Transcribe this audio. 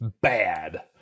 bad